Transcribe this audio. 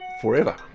forever